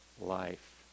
life